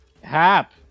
Hap